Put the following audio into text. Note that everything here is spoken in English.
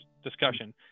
discussion